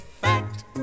fact